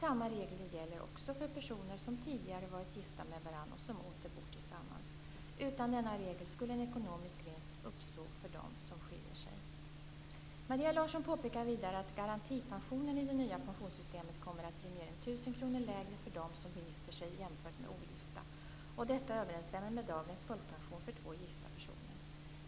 Samma regler gäller också för personer som tidigare varit gifta med varandra och som åter bor tillsammans. Utan denna regel skulle en ekonomisk vinst uppstå för dem som skiljer sig. Maria Larsson påpekar vidare att garantipensionen i det nya pensionssystemet kommer att bli mer än tusen kronor lägre för dem som gifter sig jämfört med ogifta. Detta överensstämmer med dagens folkpension för två gifta personer.